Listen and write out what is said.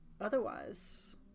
Otherwise